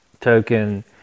token